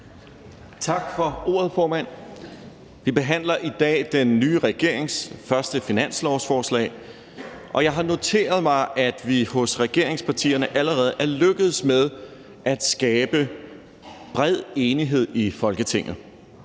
Tak for ordet, formand. Vi behandler i dag den nye regerings første finanslovsforslag, og jeg har noteret mig, at vi hos regeringspartierne allerede er lykkedes med at skabe bred enighed i Folketinget.